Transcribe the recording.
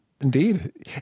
Indeed